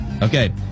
Okay